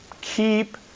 keep